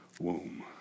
womb